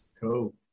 cool